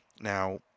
Now